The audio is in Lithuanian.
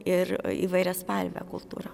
ir įvairiaspalvė kultūra